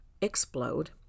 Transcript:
explode